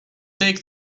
take